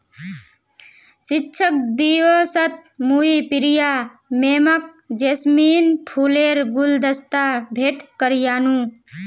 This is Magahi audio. शिक्षक दिवसत मुई प्रिया मैमक जैस्मिन फूलेर गुलदस्ता भेंट करयानू